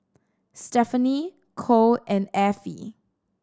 stefanie Cole and Affie